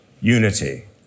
unity